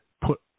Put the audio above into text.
put